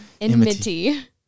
Enmity